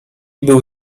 był